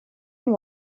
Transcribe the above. and